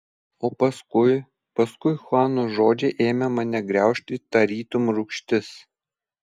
o paskui paskui chuano žodžiai ėmė mane graužti tarytum rūgštis